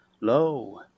Lo